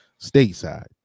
stateside